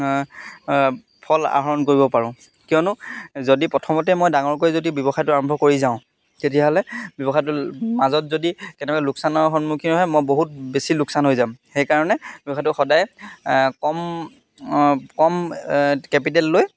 ফল আহৰণ কৰিব পাৰোঁ কিয়নো যদি প্ৰথমতে মই ডাঙৰকৈ যদি ব্যৱসায়টো আৰম্ভ কৰি যাওঁ তেতিয়াহ'লে ব্যৱসায়টো মাজত যদি কেনেবাকৈ লোকচানৰ সন্মুখীন হয় মই বহুত বেছি লোকচান হৈ যাম সেইকাৰণে ব্যৱসায়টো সদায় কম কম কেপিটেল লৈ